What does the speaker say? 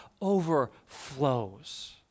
overflows